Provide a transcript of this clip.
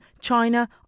China